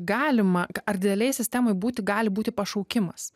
galima ar didelėj sistemoj būti gali būti pašaukimas